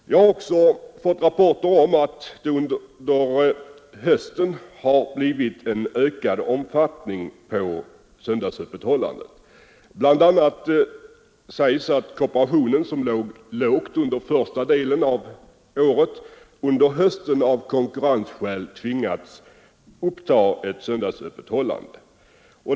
Jag har också fått rapporter om att söndagsöppethållandet fått ökad omfattning under hösten. Bland annat sägs att kooperationen, som låg lågt under första delen av året, under hösten av konkurrensskäl tvingats till söndagsöppethållande.